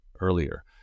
earlier